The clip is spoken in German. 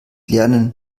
lernen